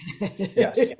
yes